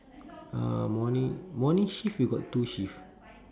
uh morning morning shift you got two shift